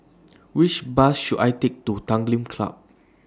Which Bus should I Take to Tanglin Club